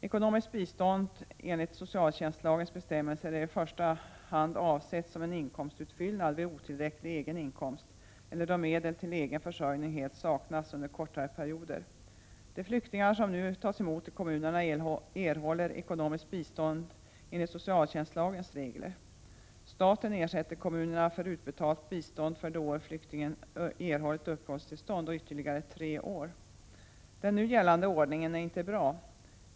Ekonomiskt bistånd enligt socialtjänstlagens bestämmelser är i första hand avsett som en inkomstutfyllnad vid otillräcklig egen inkomst eller då medel till egen försörjning helt saknas under kortare perioder. De flyktingar som nu tas emot i kommunerna erhåller ekonomiskt bistånd enligt socialtjänstlagens regler. Staten ersätter kommunerna för utbetalt bistånd för det år flyktingen erhållit uppehållstillstånd och ytterligare tre år. Den nu gällande ordningen är inte bra.